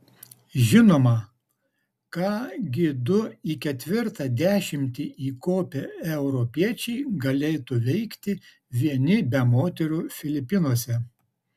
žinoma ką gi du į ketvirtą dešimtį įkopę europiečiai galėtų veikti vieni be moterų filipinuose